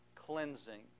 Cleansing